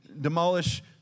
demolish